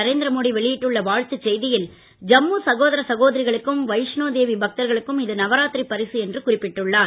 நரேந்திர மோடி வெளியிட்டுள்ள வாழ்த்து செய்தியில் ஜம்மு சகோதர சகோதரிகளுக்கும் வைஷ்ணோதேவி பக்தர்களுக்கும் இது நவராத்திரி பரிசு என்று குறிப்பிட்டுள்ளார்